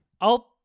I'll-